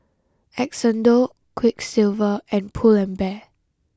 Xndo Quiksilver and Pull and Bear